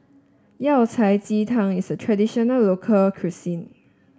Yao Cai Ji Tang is a traditional local cuisine